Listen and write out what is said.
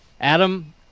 Adam